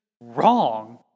wrong